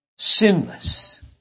Sinless